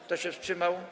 Kto się wstrzymał?